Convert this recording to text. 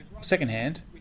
second-hand